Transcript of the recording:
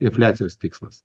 infliacijos tikslas